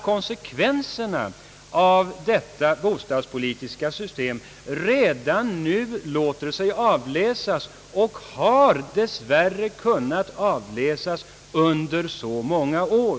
Konsekvenserna av regeringens <bostadspolitiska system låter sig nu avläsa, och det har dess värre, kunnat avläsas under många år.